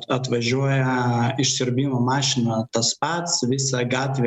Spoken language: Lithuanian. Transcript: atvažiuoja išsiurbimo mašina tas pats visa gatvė